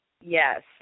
Yes